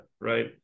right